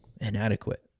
inadequate